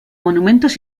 monumentos